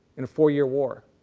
in a four year war.